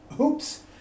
oops